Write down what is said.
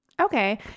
okay